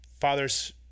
father's